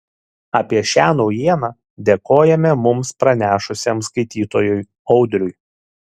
apie šią naujieną dėkojame mums pranešusiam skaitytojui audriui